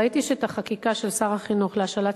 ראיתי שאת החקיקה של שר החינוך להשאלת